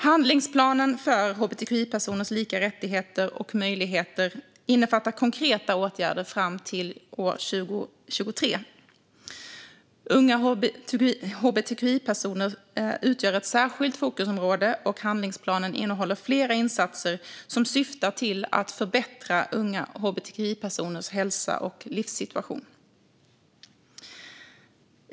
Handlingsplanen för hbtqi-personers lika rättigheter och möjligheter innefattar konkreta åtgärder fram till och med år 2023. Unga hbtqi-personer utgör ett särskilt fokusområde och handlingsplanen innehåller flera insatser som syftar till att förbättra unga hbtqi-personers hälsa och livssituation.